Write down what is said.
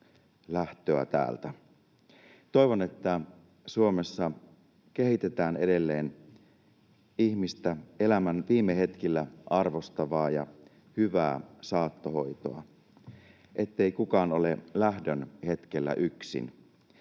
Toivon, että Suomessa kehitetään edelleen ihmistä elämän viime hetkillä arvostavaa ja hyvää saattohoitoa, ettei kukaan ole lähdön hetkellä yksin.